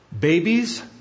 Babies